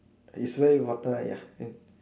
is where you water ya in